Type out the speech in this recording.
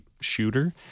shooter